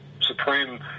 supreme